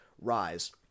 rise